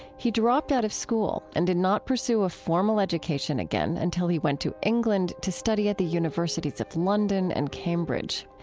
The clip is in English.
he dropped out of school and did not pursue a formal education again until he went to england to study at the universities of london and cambridge.